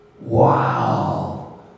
Wow